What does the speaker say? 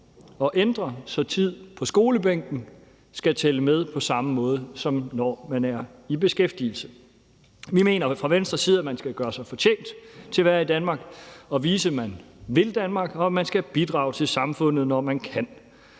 at ændre, så tid på skolebænken skal tælle med på samme måde, som når man er i beskæftigelse. Vi mener fra Venstres side, at man skal gøre sig fortjent til at være i Danmark og vise, at man vil Danmark, og man skal bidrage til samfundet, når man kan.